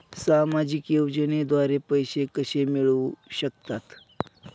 सामाजिक योजनेद्वारे पैसे कसे मिळू शकतात?